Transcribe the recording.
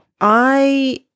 I-